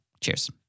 Cheers